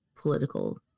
political